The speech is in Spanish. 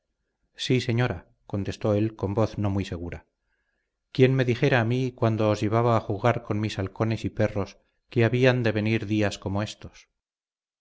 sí señora contestó él con voz no muy segura quién me dijera a mí cuando os llevaba a jugar con mis halcones y perros que habían de venir días como estos